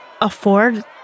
afford